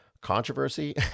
controversy